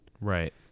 right